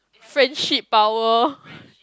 friendship power